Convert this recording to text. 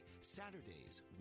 Saturdays